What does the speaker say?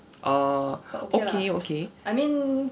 err okay okay